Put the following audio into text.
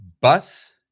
bus